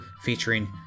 featuring